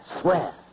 swear